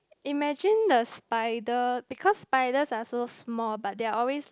imagine the spider because spiders are so small but they are always like